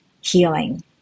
healing